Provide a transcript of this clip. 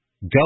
go